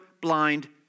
blind